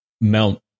mount